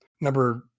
number